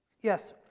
Yes